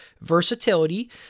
versatility